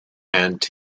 and